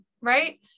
right